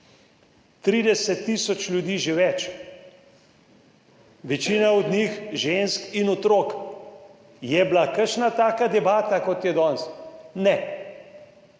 30 tisoč ljudi, še več, večina od njih žensk in otrok. Je bila kakšna taka debata, kot je danes? Ne.